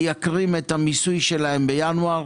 מייקרים את המיסוי שלהם בינואר.